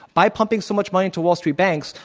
by pumping so much money into wall street banks,